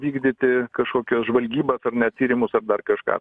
vykdyti kažkokias žvalgybas ar net tyrimus ar dar kažką